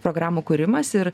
programų kūrimas ir